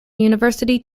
university